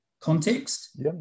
context